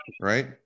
Right